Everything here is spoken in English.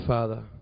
Father